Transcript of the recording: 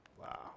Wow